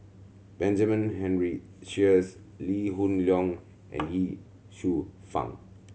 Benjamin Henry Sheares Lee Hoon Leong and Ye Shufang